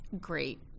great